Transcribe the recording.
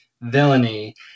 villainy